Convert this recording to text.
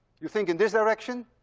you think in this direction?